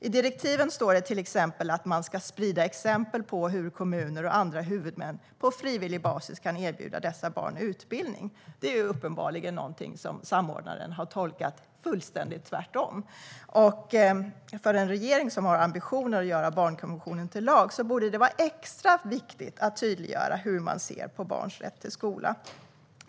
I direktiven står det till exempel att man ska sprida exempel på hur kommuner och andra huvudmän på frivillig basis kan erbjuda dessa barn utbildning. Det är någonting som samordnaren uppenbarligen har tolkat tvärtom. För en regering som har ambitionen att göra barnkonventionen till lag borde det vara extra viktigt att tydliggöra hur man ser på barns rätt till skola.